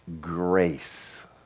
grace